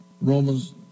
Romans